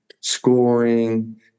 scoring